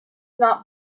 not